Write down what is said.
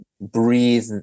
breathe